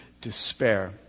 despair